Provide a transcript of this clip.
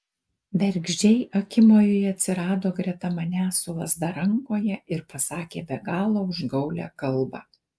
bergždžiai akimoju ji atsirado greta manęs su lazda rankoje ir pasakė be galo užgaulią kalbą